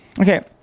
okay